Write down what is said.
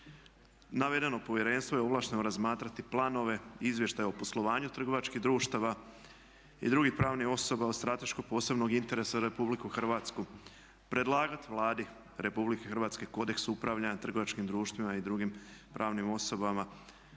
Navedeno povjerenstvo je ovlašteno razmatrati planove, izvještaje o poslovanju trgovačkih društava i drugih pravnih osoba od strateškog posebnog interesa za Republiku Hrvatsku, predlagat Vladi Republike Hrvatske kodeks upravljanja trgovačkim društvima i drugim pravnim osobama,